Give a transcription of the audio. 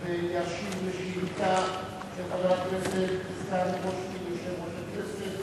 ישיב על שאילתא של סגן יושב-ראש הכנסת,